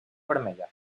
vermella